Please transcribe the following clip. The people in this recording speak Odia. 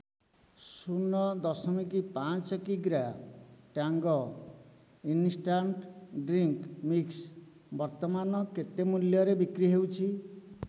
ଶୂନ ଦଶମିକ ପାଞ୍ଚ କିଗ୍ରା ଟାଙ୍ଗ ଇନ୍ଷ୍ଟାଣ୍ଟ୍ ଡ୍ରିଙ୍କ୍ ମିକ୍ସ୍ ବର୍ତ୍ତମାନ କେତେ ମୂଲ୍ୟରେ ବିକ୍ରି ହେଉଛି